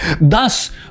Thus